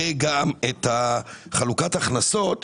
וגם את חלוקת ההכנסות